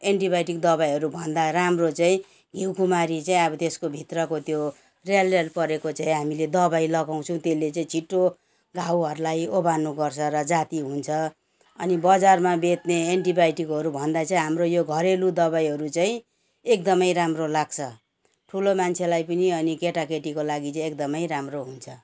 antibiotic दबाईहरू भन्दा राम्रो चाहिँ घिउकुमारी चाहिँ अब त्यसको भित्रको त्यो र्याल र्याल परेको चाहिँ हामीले दबाई लगाउँछौँ त्यसले चाहिँ छिटो घाउहरूलाई ओभानो गर्छ र जाती हुन्छ अनि बजारमा बेच्ने एन्टिबायोटिकहरू भन्दा चाहिँ हाम्रो यो घरेलु दबाईहरू चाहिँ एकदमै राम्रो लाग्छ ठुलो मान्छेलाई पनि अनि केटाकेटीको लागि चाहिँ एकदमै राम्रो हुन्छ